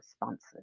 responses